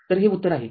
तर हे उत्तर आहे